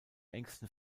engsten